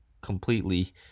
completely